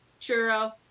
Churro